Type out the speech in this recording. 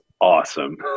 awesome